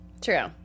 True